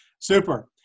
super